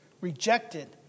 rejected